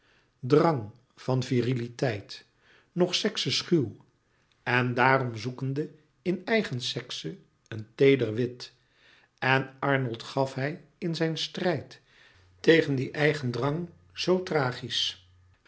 drang van viriliteit nog sekse schuw en daarom zoekende in eigen sekse een teeder wit en arnold gaf hij in zijn strijd tegen dien eigen drang zoo tragisch